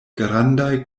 grandaj